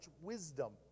wisdom